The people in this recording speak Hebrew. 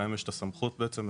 להן יש את הסמכות לאכוף